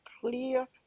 clear